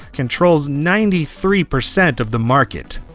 controls ninety three percent of the market.